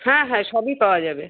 হ্যাঁ হ্যাঁ সবই পাওয়া যাবে